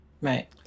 Right